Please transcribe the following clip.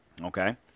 Okay